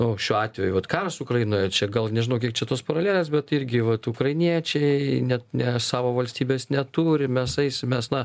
nu šiuo atveju vat karas ukrainoje čia gal nežinau kiek čia tos paralelės bet irgi vat ukrainiečiai net ne savo valstybės neturi mes eisim mes na